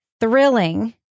thrilling